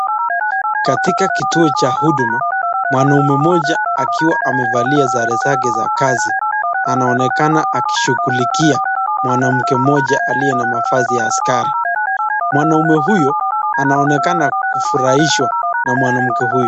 Katika kituo cha huduma mwanaume moja akiwa amevalia sare zake za kazi anaonekana akishugulikia mwanamke mmoja aliye na mavazi ya askari, mwanaume huyo anaonekana kufurahiswa na mwanamke huyu.